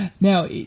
Now